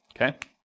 Okay